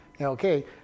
Okay